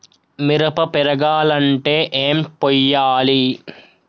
మిరప పెరగాలంటే ఏం పోయాలి?